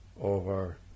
over